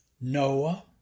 Noah